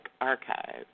archives